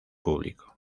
público